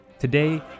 Today